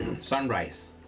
sunrise